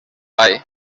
vall